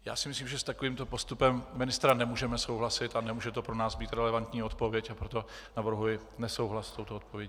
Já si myslím, že s takovýmto postupem ministra nemůžeme souhlasit, a nemůže to pro nás být relevantní odpověď, a proto navrhuji nesouhlas s touto odpovědí.